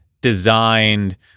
designed